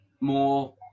more